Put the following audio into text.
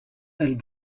elle